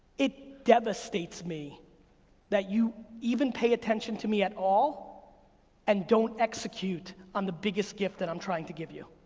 it devastates me that you even pay attention to me at all and don't execute on the biggest gift that i'm trying to give you.